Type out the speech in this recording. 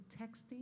texting